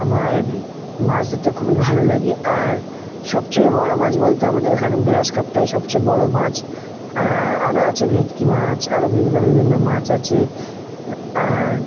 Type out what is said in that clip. আমার মাছ ধরতে খুবই ভালো লাগে আর সবচেয়ে বড়ো মাছ বলতে আমাদের এখানে গ্লাস কাপটাই সবচেয়ে বড়ো মাছ আরও আছে ভেটকি মাছ আরও বিভিন্ন বিভিন্ন মাছ আছে আর